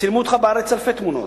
צילמו אותך בארץ אלפי תמונות,